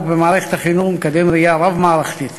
במערכת החינוך ומקדם ראייה רב-מערכתית,